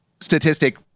statistic